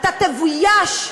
אתה תבויש,